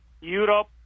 Europe